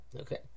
Okay